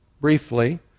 briefly